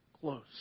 close